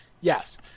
Yes